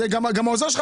אנחנו